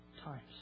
times